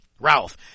Ralph